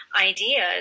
ideas